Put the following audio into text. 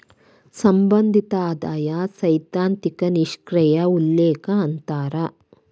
ಸಂಬಂಧಿತ ಆದಾಯ ಸೈದ್ಧಾಂತಿಕ ನಿಷ್ಕ್ರಿಯ ಉಲ್ಲೇಖ ಅಂತಾರ